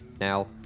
Now